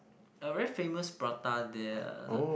a very famous prata there eh